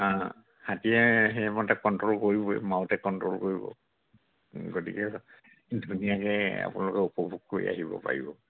অঁ হাতীয়ে সেইমতে কণ্ট্ৰল কৰিবই মাউতে কণ্ট্ৰল কৰিব গতিকে ধুনীয়াকৈ আপোনালোকে উপভোগ কৰি আহিব পাৰিব